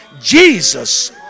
Jesus